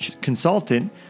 consultant